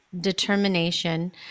determination